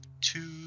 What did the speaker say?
two